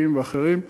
החוקיים ואחרים,